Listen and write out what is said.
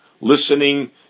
listening